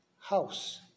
house